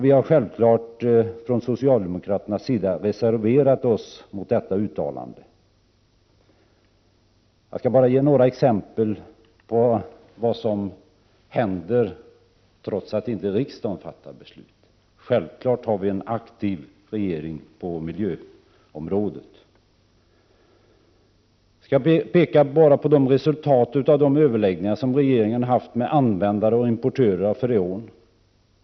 Vi har självfallet från socialdemokraternas sida reserverat oss mot detta uttalande. Jag skall ge några exempel på vad som kan hända trots att inte riksdagen fattar beslut. Självfallet har vi en aktiv regering på miljöområdet. Jag kan peka på resultatet av de överläggningar som regeringen haft med användare och importörer av freon.